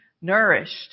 nourished